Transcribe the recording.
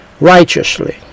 righteously